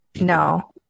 No